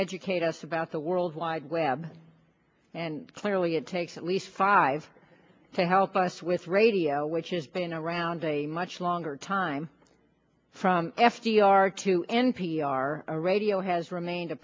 educate us about the world wide web and clearly it takes at least five to help us with radio which has been around a much longer time from f d r to n p r radio has remained